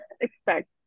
expect